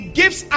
gives